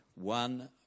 one